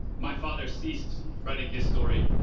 my father ceased writing his story,